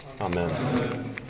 Amen